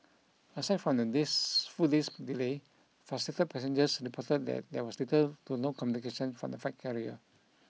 aside from this full day's delay frustrated passengers reported that there was little to no communication from the flight carrier